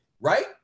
Right